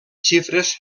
xifres